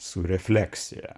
su refleksija